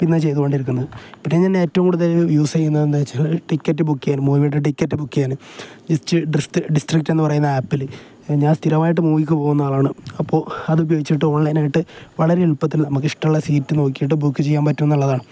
ഇന്ന് ചെയ്തുകൊണ്ടിരിക്കുന്നത് പിന്നെ ഞാൻ ഏറ്റവും കൂടുതൽ യൂസ ചെയ്യുന്നത് എന്താണെന്ന് വച്ചാൽ ടിക്കറ്റ് ബുക്ക് ചെയ്യൻ മൂവിയുടെ ടിക്കറ്റ് ബുക്ക് ചെയ്യാൻ ജസ്റ്റ് ഡിസ്ട്രിക്റ്റ് എന്നു പറയുന്ന ആപ്പിൽ ഞാൻ സ്ഥിരമായിട്ട് മൂവിക്ക് പോകുന്ന ആളാണ് അപ്പോൾ അത് ഉപയോഗിച്ചിട്ട് ഓൺലൈനായിട്ട് വളരെ എളുപ്പത്തിൽ നമുക്ക് ഇഷ്ടുള്ള സീറ്റ് നോക്കിയിട്ട് ബുക്ക് ചെയ്യാൻ പറ്റുക എന്നുള്ളതാണ്